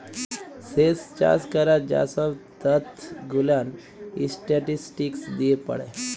স্যেচ চাষ ক্যরার যা সহব ত্যথ গুলান ইসট্যাটিসটিকস দিয়ে পড়ে